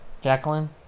Jacqueline